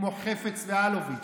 כמו חפץ ואלוביץ'.